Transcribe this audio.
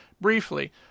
briefly